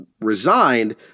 resigned